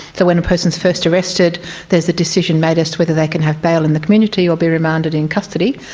when a person is first arrested there is the decision made as to whether they can have bail in the community or be remanded in custody,